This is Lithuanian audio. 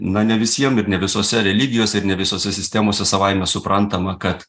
na ne visiem ir ne visose religijose ir ne visose sistemose savaime suprantama kad